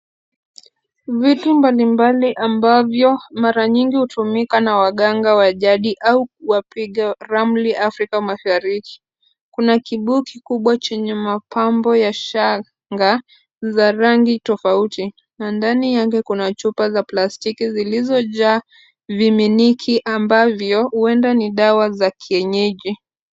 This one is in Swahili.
Vitu mbalimbali ambavyo mara nyingi hutumika na waganga wa jadi au wapiga ramli Afrika mashariki. Kuna kibuyu kikubwa chenye mapambo ya shanga za rangi tofauti na ndani yake kuna chupa za plastiki zilizojaa viminiki ambavyo huenda ni dawa za kienyeji.